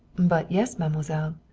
but, yes, mademoiselle.